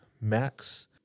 Max